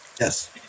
Yes